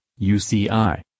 UCI